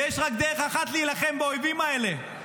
יש רק דרך אחת להילחם באויבים האלה,